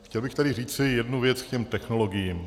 Chtěl bych tady říci jednu věc k těm technologiím.